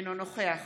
אינו נוכח